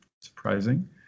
surprising